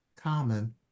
common